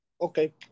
Okay